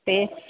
ते